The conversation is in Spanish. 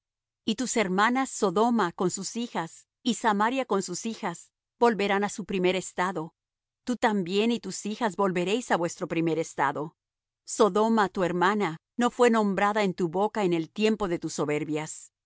y tus hermanas sodoma con sus hijas y samaria con sus hijas volverán á su primer estado tú también y tus hijas volveréis á vuestro primer estado sodoma tu hermana no fué nombrada en tu boca en el tiempo de tus soberbias